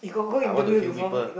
I want to heal people